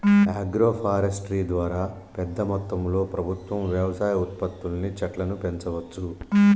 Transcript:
agro forestry ద్వారా పెద్ద మొత్తంలో ప్రభుత్వం వ్యవసాయ ఉత్పత్తుల్ని చెట్లను పెంచవచ్చు